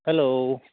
hello